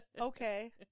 Okay